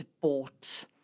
bought